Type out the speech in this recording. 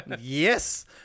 Yes